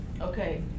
Okay